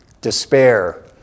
despair